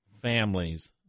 families